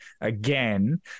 again